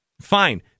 fine